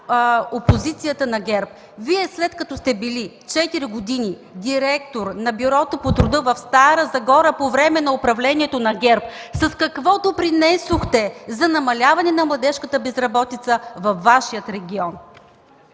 опозицията от ГЕРБ? След като Вие сте били четири години директор на Бюрото по труда в Стара Загора по време на управлението на ГЕРБ, с какво допринесохте за намаляване на младежката безработица във Вашия регион?